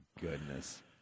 goodness